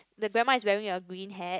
the grandma is wearing a green hat